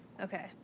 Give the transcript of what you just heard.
Okay